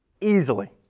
Easily